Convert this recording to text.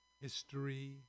history